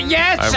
yes